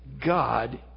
God